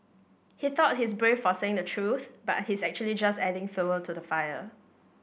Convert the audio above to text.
he thought he's brave for saying the truth but he's actually just adding fuel to the fire